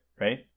right